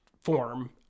form